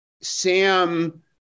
Sam